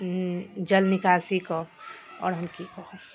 जल निकासीके आओर हम की कहब